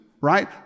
right